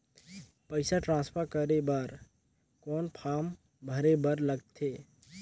पईसा ट्रांसफर करे बर कौन फारम भरे बर लगथे?